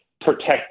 protect